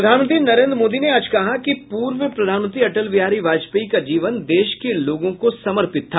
प्रधानमंत्री नरेन्द्र मोदी ने आज कहा कि पूर्व प्रधानमंत्री अटल बिहारी वाजपेयी का जीवन देश के लोगों को समर्पित था